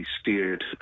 steered